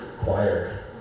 choir